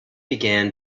began